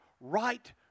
right